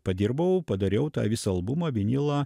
padirbau padariau tą visą albumą vinilą